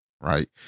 right